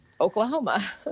Oklahoma